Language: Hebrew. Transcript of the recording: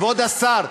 כבוד השר,